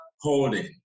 Holding